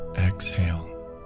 exhale